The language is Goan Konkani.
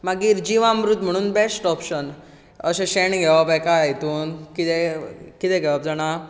मागीर जीवामृत म्हणून बॅस्ट ऑपशन अशें शेण घेवप एका हेतूंत कितें कितें घेवप जाणां